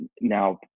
now